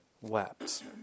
wept